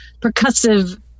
percussive